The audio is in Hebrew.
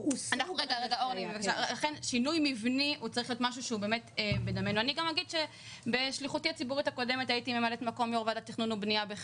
הוותמ"ל בשנים שהוא פעל יצר 50% ממלאי יחידות הדיור שתוכננו.